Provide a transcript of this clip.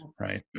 Right